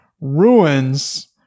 ruins